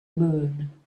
moon